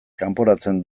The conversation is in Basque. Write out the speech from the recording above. kanporatzen